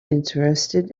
interested